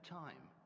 time